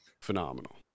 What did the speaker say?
phenomenal